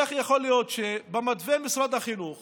איך יכול להיות שבמתווה משרד החינוך